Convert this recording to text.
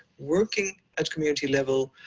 working at community level,